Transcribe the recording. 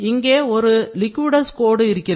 இங்கே ஒரு liquidous கோடு இருக்கிறது